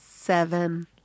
Seven